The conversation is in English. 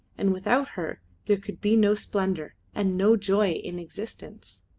and without her there could be no splendour and no joy in existence.